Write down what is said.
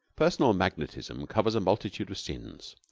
personal magnetism covers a multitude of sins.